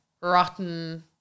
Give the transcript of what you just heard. rotten